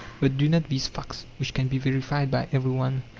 but do not these facts, which can be verified by every one,